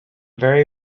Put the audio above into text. very